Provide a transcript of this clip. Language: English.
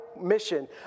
mission